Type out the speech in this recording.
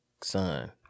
son